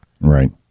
right